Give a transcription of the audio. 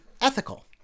ethical